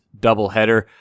doubleheader